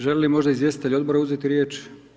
Želi li možda izvjestitelj Odbora uzeti riječ?